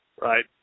Right